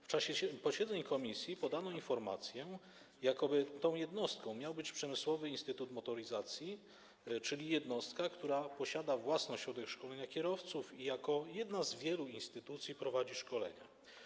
W czasie posiedzeń komisji podano informację, jakoby tą jednostką miał być Przemysłowy Instytut Motoryzacji, czyli jednostka, która posiada własny ośrodek szkolenia kierowców i jako jedna z wielu instytucji prowadzi szkolenia.